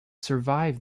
survive